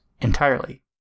entirely